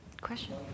Question